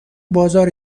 بازار